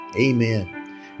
Amen